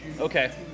okay